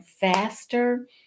faster